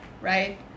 right